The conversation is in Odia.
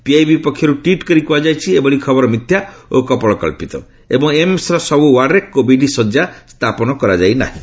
ପିଆଇବି ପକ୍ଷରୁ ଟ୍ୱିଟ୍ କରି କୁହାଯାଇଛି ଏଭଳି ଖବର ମିଥ୍ୟା ଓ କପୋଳକ୍ସିତ ଏବଂ ଏମ୍ବର ସବୁ ୱାର୍ଡ୍ରେ କୋଭିଡ୍ ଶଯ୍ୟା ସ୍ଥାପନ କରାଯାଇ ନାହିଁ